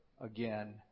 again